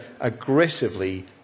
aggressively